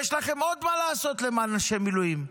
יש לכם עוד מה לעשות למען אנשי המילואים.